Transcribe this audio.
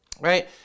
right